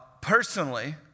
Personally